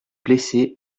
blessés